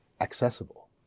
accessible